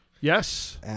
yes